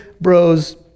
bros